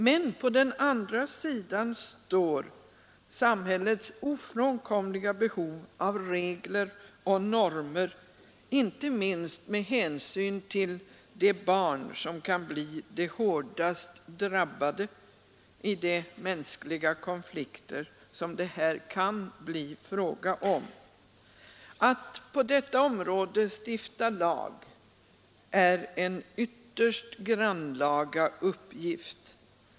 Men på den andra sidan står samhällets ofrånkomliga behov av regler och normer, inte minst med hänsyn till de barn som kan bli de hårdast drabbade i de mänskliga konflikter som det här kan bli fråga om. Att på detta område stifta lag är en ytterst grannlaga uppgift.